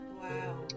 wow